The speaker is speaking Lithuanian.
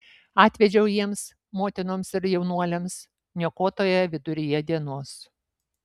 atvedžiau jiems motinoms ir jaunuoliams niokotoją viduryje dienos